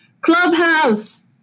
clubhouse